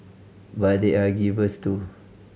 but they are givers too